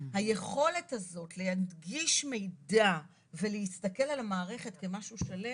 היכולת הזאת להנגיש מידע ולהסתכל על המערכת כמשהו שלם,